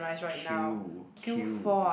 queue queue